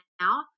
now